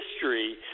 history